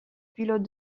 pilote